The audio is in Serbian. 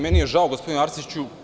Meni je žao gospodine Arsiću.